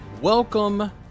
welcome